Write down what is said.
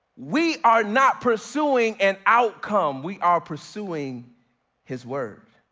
we are not pursuing an outcome, we are pursuing his word.